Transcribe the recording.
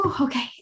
okay